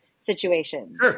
situation